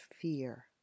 fear